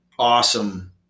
Awesome